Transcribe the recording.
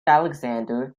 alexander